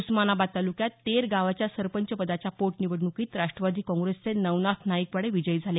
उस्मानाबाद तालुक्यात तेर गावाच्या सरपंच पदाच्या पोट निवडणुकीत राष्ट्रवादी काँग्रेसचे नवनाथ नाईकवाडी विजयी झाले